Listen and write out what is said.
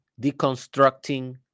deconstructing